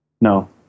no